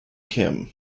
kim